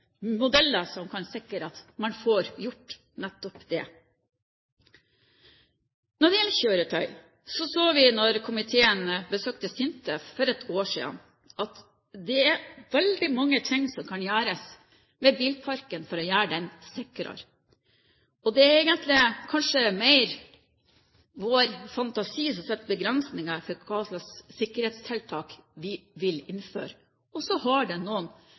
modeller som kan sikre at man får gjort nettopp det. Når det gjelder kjøretøy, så vi da komiteen besøkte SINTEF for et år siden, at det er veldig mange ting som kan gjøres med bilparken for å gjøre den sikrere. Det er egentlig kanskje mer vår fantasi som setter begrensninger for hva slags sikkerhetstiltak vi vil innføre, og så er det noen personvernhensyn i den